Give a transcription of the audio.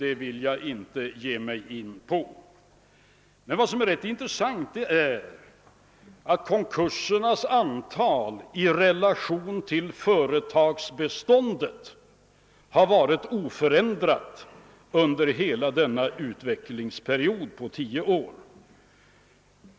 En intressant sak är emellertid att antalet konkurser i relation till företagsbeståndet har varit oförändrat under hela tioårsperioden.